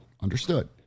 understood